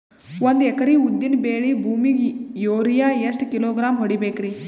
ಒಂದ್ ಎಕರಿ ಉದ್ದಿನ ಬೇಳಿ ಭೂಮಿಗ ಯೋರಿಯ ಎಷ್ಟ ಕಿಲೋಗ್ರಾಂ ಹೊಡೀಬೇಕ್ರಿ?